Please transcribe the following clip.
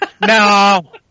No